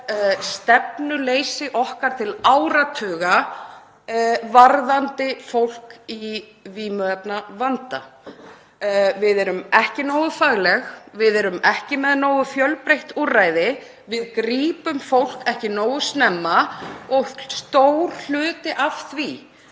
og það er stefnuleysi okkar til áratuga varðandi fólk í vímuefnavanda. Við erum ekki nógu fagleg, við erum ekki með nógu fjölbreytt úrræði, við grípum fólk ekki nógu snemma. Stór hluti